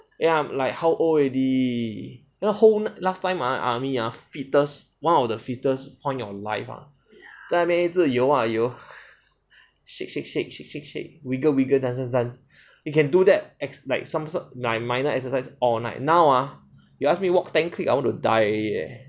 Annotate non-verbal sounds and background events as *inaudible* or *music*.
ya like how old already you know ho~ last time ah army ah fittest one of the fittest point in your life ah 在那边一直游啊游 *laughs* shake shake shake shake shake shake wiggle wiggle dance dance dance you can do that ex~ like some sort like minor exercise all night now ah you ask me walk ten kick I want to die already leh